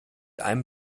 einem